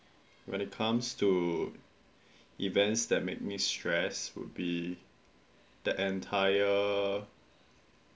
when it comes to events that make me stress would be the entire